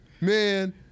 Man